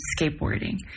skateboarding